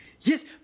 Yes